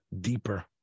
deeper